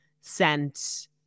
sent